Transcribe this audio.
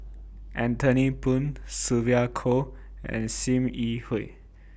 Anthony Poon Sylvia Kho and SIM Yi Hui